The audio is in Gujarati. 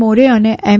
મોરે અને એમ